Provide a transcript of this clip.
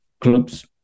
clubs